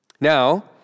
Now